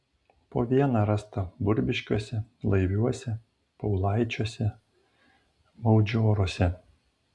po vieną rasta burbiškiuose laiviuose paulaičiuose maudžioruose